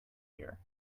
here